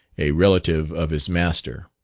a relative of his master.